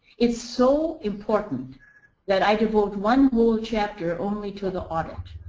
it's so important that i devote one whole chapter only to the audit.